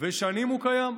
שנים הוא קיים.